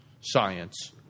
science